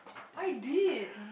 I did